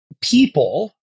people